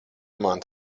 man